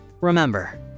Remember